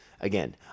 again